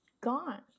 gone